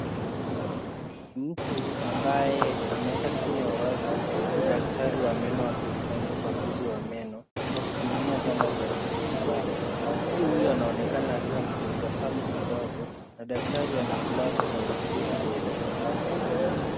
Ni mtu ambaye ameweka kinywa wazi huku daktari wa meno akimfanyia ukaguzi wa meno kwa kutumia zana za matibabu. Mtu huyo anaonekana akiwa na tabasamu kidogo na daktari ana glavu za mpira mikononi.